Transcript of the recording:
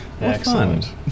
Excellent